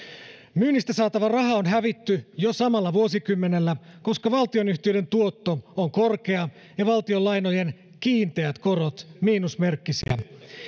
myynnistä saatava raha on hävitty jo samalla vuosikymmenellä koska valtionyhtiöiden tuotto on korkea ja valtion lainojen kiinteät korot miinusmerkkisiä